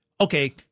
okay